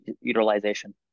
utilization